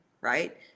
right